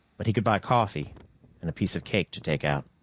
but he could buy coffee and a piece of cake to take out.